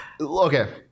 Okay